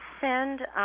send –